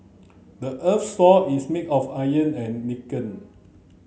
the earth's sore is made of iron and